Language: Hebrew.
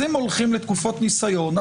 אם הולכים לתקופות ניסיון,